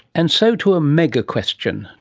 and so to a mega-question.